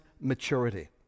maturity